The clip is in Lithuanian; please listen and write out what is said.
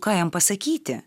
ką jam pasakyti